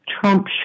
Trump